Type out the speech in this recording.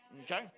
Okay